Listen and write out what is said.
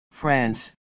France